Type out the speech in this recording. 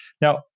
Now